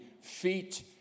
feet